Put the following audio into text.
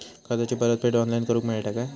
कर्जाची परत फेड ऑनलाइन करूक मेलता काय?